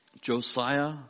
Josiah